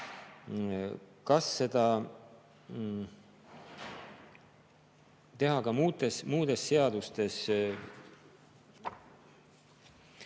Kas seda teha ka muudes seadustes,